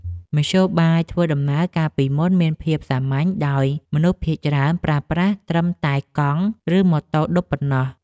មធ្យោបាយធ្វើដំណើរកាលពីមុនមានភាពសាមញ្ញដោយមនុស្សភាគច្រើនប្រើប្រាស់ត្រឹមតែកង់ ឬម៉ូតូឌុបប៉ុណ្ណោះ។